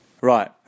Right